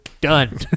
Done